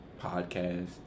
podcast